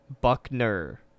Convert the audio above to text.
Buckner